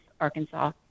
Arkansas